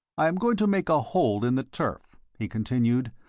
i am going to make a hole in the turf, he continued,